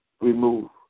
remove